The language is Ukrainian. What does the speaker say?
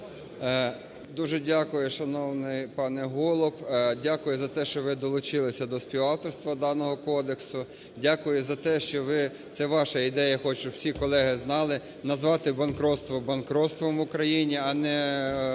Дуже дякую, шановний пане Голуб. Дякую за те, що ви долучились до співавторства даного кодексу. Дякую за те, що ви, це ваша ідея, хочу, щоб всі колеги знали, назвати банкрутство банкрутством в Україні, а не ухилятись.